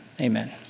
amen